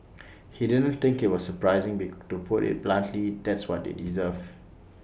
he didn't think IT was surprising be to put IT bluntly that's what they deserve